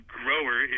grower